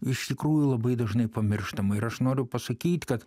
iš tikrųjų labai dažnai pamirštama ir aš noriu pasakyt kad